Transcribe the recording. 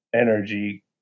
energy